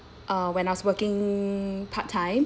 uh when I was working part time